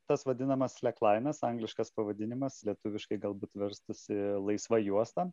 tas vadinamas sleklainas angliškas pavadinimas lietuviškai galbūt verstųsi laisva juosta